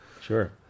Sure